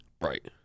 Right